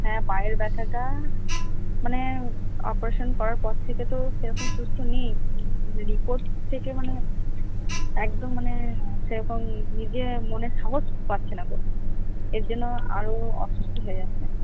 হ্যাঁ পায়ের ব্যথাটা মানে অপারেশন করার পর থেকে তো সেরকম সুস্থ নেই রিপোর্ট থেকে মানে একদম মানে সেরকম নিজের মনে সাহস পাচ্ছে না তো এর জন্য আরও অসুস্থ হয়ে যাচ্ছে